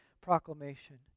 proclamation